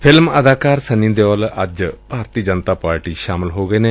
film ਅਦਾਕਾਰ ਸੰਨੀ ਦਿਓਲ ਅੱਜ Bharatiya Janata Party ਵਿਚ ਸ਼ਾਮਲ ਹੋ ਗਏ ਨੇ